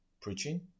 preaching